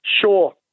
sure